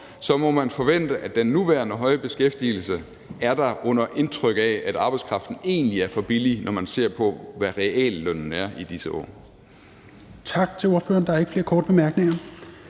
må man forvente, at den nuværende høje beskæftigelse er der, under indtryk af at arbejdskraften egentlig er for billig, når man ser på, hvad reallønnen er i disse år.